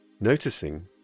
noticing